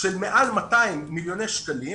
של מעל 200 מיליון שקלים